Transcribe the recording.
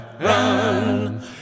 run